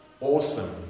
awesome